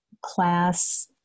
class